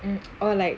and or like